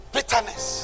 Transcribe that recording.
Bitterness